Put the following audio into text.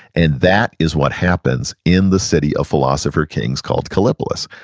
and that is what happens in the city of philosopher kings called kallipolis